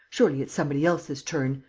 surely it's somebody else's turn!